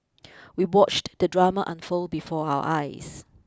we watched the drama unfold before our eyes